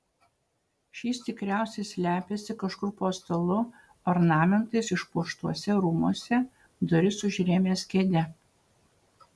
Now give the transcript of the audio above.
šis tikriausiai slepiasi kažkur po stalu ornamentais išpuoštuose rūmuose duris užrėmęs kėde